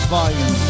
Volume